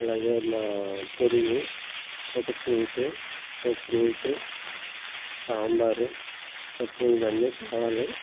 అలాగే మా పెరుగు ఒక స్వీటు ఓ ఫ్రూటు సాంబారు మొత్తం ఇవన్నీ కావాలి